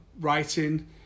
writing